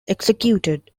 executed